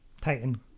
Titan